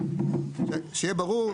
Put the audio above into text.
שיהיה ברור,